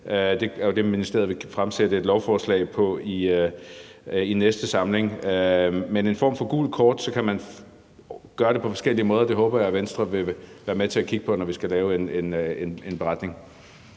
trappestigemodel. Ministeriet vil fremsætte et lovforslag i næste samling. Men det kunne være en form for gult kort, og så kunne man gøre det på forskellige måder. Det håber jeg Venstre vil være med til at kigge på, når vi skal lave en beretning.